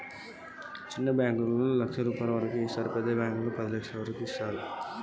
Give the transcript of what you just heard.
చిన్న బ్యాంకులలో పెద్ద బ్యాంకులో అప్పు ఎంత ఎక్కువ యిత్తరు?